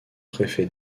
préfet